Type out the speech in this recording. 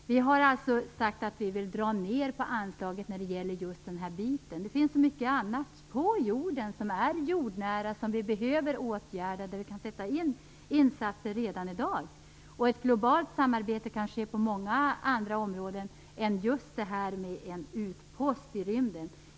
Vi har alltså sagt att vi vill dra ner på anslaget när det gäller just den här biten. Det finns så mycket annat på jorden som är jordnära och som vi behöver åtgärda och där vi kan sätta in insatser redan i dag. Ett globalt samarbete kan ske på många andra områden än just detta med en utpost i rymden.